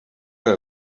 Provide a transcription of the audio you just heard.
que